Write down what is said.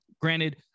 Granted